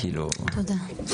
תודה.